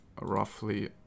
roughly